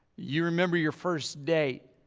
you remember your first date,